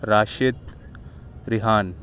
Rashid Rehan